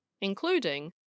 including